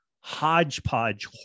hodgepodge